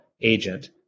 agent